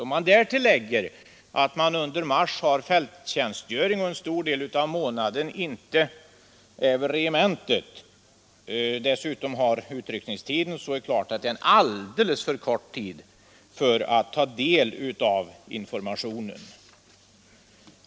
Om man därtill lägger att de värnpliktiga under mars har fälttjänstgöring och alltså under en stor del av månaden inte är vid regementet samt att själva utryckningstiden infaller under mars, så står det klart att tiden för att ta del av den här informationen blir alldeles för kort.